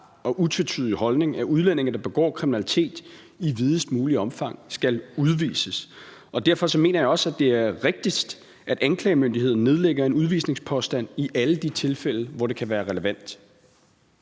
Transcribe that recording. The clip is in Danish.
og utvetydige holdning, at udlændinge, der begår kriminalitet, i videst muligt omfang skal udvises. Derfor mener jeg også, at det er rigtigst, at anklagemyndigheden nedlægger en udvisningspåstand i alle de tilfælde, hvor det kan være relevant.